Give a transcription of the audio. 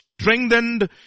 strengthened